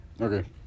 Okay